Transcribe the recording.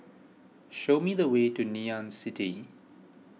show me the way to Ngee Ann City